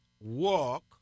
walk